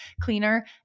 cleaner